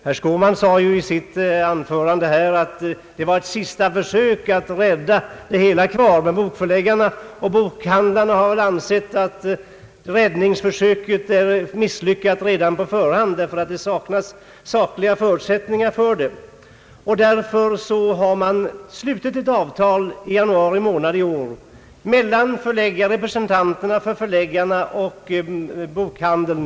Herr Skårman sade i sitt anförande att hans framstöt var ett sista försök att rädda situationen. Men bokförläggarna och bokhandlarna har tydligen ansett att räddningsförsöket är misslyckat redan från början, därför att det inte finns sakliga förutsättningar för det. Av den anledningen har i januari månad i år slutits ett avtal mellan representanter för förläggarna och bokhandlarna.